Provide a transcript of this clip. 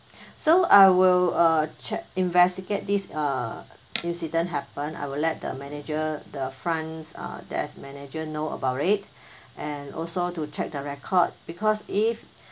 so I will uh check investigate this uh incident happen I will let the manager the fronts uh desk manager know about it and also to check the record because if